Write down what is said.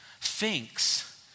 thinks